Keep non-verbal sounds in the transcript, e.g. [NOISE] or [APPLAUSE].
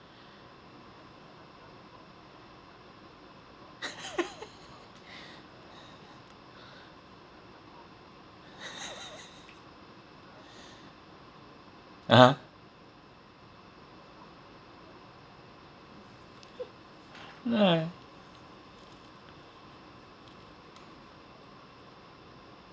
[LAUGHS] (uh huh) [LAUGHS] ah